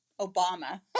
Obama